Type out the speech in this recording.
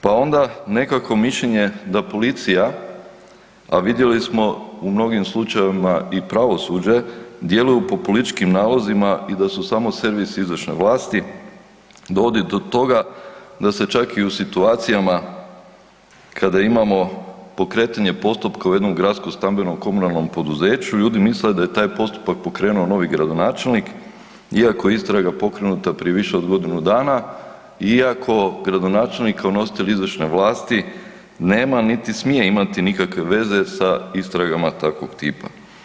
Pa onda nekakvo mišljenje da policija, a vidjeli smo u mnogim slučajevima i pravosuđe djeluju po političkim nalozima i da su samo servis izvršne vlasti, dovodi do toga da se čak i u situacijama kada imamo pokretanje postupka u jednom gradskom stambenom komunalnom poduzeću, ljudi misle da je taj postupak pokrenuo novi gradonačelnik iako je istraga pokrenuta prije više od godinu dana iako gradonačelnik kao nositelj izvršne vlasti nema niti smije imati nikakve veze sa istragama takvog tipa.